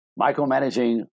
micromanaging